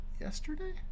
yesterday